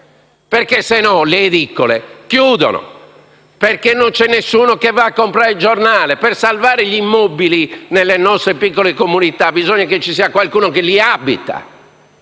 altrimenti le edicole chiudono perché non c'è nessuno che va a comprare il giornale. Per salvare gli immobili nelle nostre piccole comunità, bisogna che ci sia qualcuno che li abita,